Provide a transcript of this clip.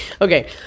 okay